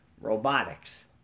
robotics